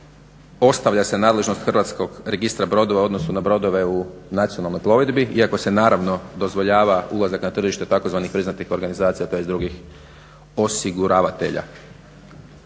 ostavlja se nadležnog Hrvatskog registra brodova u odnosu na brodove u nacionalnoj plovidbi iako se naravno dozvoljava ulazak na tržište tzv. priznatih organizacija tj. drugih osiguravatelja.